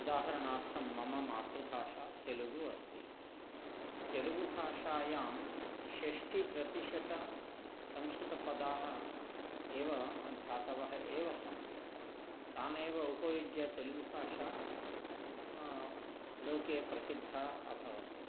उदाहरणार्थं मम मातृभाषा तेलुगुः अस्ति तेलुगुभाषायां षष्ठिप्रतिशताः संस्कृतपदाः एव धातवः एव सन्ति तान् एव उपयुज्य तेलुगुभाषा लोके प्रसिद्धा अभवत्